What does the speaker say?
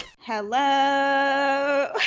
Hello